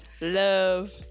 love